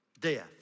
death